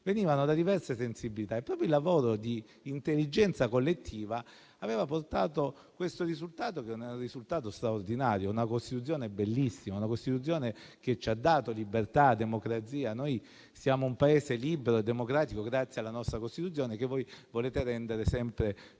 venivano da diverse sensibilità. Proprio il lavoro di intelligenza collettiva aveva portato questo risultato straordinario, una Costituzione bellissima, che ci ha dato libertà e democrazia. Siamo un Paese libero e democratico grazie alla nostra Costituzione, che volete rendere sempre